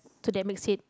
to that makes it